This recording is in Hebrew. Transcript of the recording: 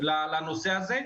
לנושא הזה.